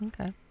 Okay